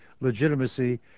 legitimacy